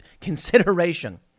consideration